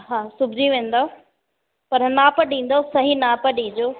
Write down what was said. हा सिबजी वेंदव पर माप ॾींदव सही माप ॾीजो